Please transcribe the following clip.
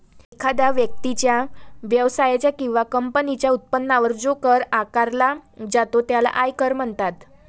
एखाद्या व्यक्तीच्या, व्यवसायाच्या किंवा कंपनीच्या उत्पन्नावर जो कर आकारला जातो त्याला आयकर म्हणतात